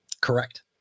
correct